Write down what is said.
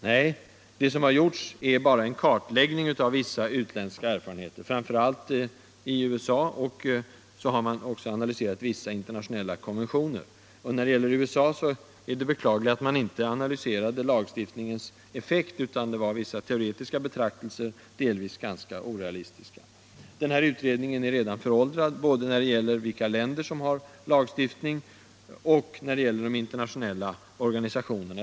Nej, vad som har gjorts är bara en kartläggning av vissa utländska erfarenheter, i framför allt USA. Man har också analyserat vissa internationella konventioner. Det är bara beklagligt att man inte också beträffande USA har redogjort för lagstiftningens effekt utan bara ägnat sig åt teoretiska betraktelser. delvis ganska orealistiska. Denna s.k. utredning är redan föråldrad, både när det gäller vilka länder som har en sådan här lagstuftning och vad gäller de internationella organisationerna.